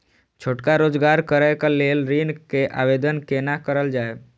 छोटका रोजगार करैक लेल ऋण के आवेदन केना करल जाय?